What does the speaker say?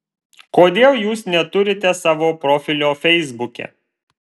kodėl jūs neturite savo profilio feisbuke